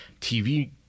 TV